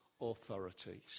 authorities